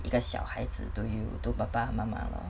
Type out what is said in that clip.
一个小孩子 to you to papa mama lor